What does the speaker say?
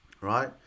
Right